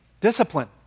discipline